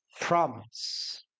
promise